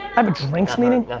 have a drinks meeting.